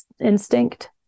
instinct